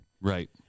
Right